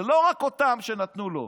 זה לא רק אותם אלה שנתנו לו,